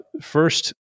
First